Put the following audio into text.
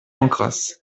pancras